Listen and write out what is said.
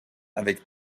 avec